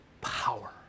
power